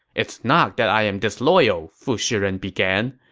it's not that i am disloyal, fu shiren began,